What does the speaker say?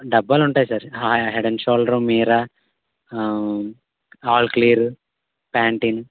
డబ్బాలు ఉంటాయ్ sir head and shoulder Meera all clear Pantene